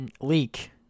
leak